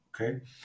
okay